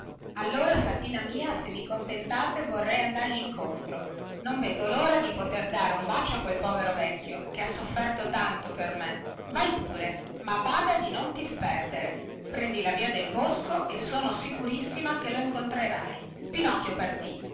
allora fatina mia se vi contentate vorrei andargli incontro non vedo lora di poter dare un bacio a quel povero vecchio che ha sofferto tanto per me vai pure ma bada di non ti sperdere prendi la via del bosco e sono sicurissima che lo incontrerai pinocchio partì